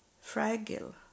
fragile